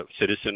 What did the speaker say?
citizen